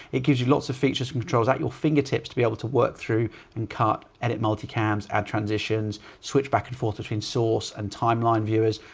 it gives you lots of features and controls at your fingertips to be able to work through and cut, edit multi-camera add transitions switch back and forth between source and timeline viewers.